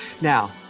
Now